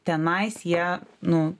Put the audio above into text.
tenais jie nu